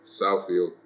Southfield